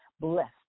blessed